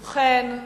ובכן,